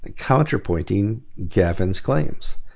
counter pointing gavin's claims?